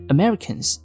Americans